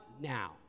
now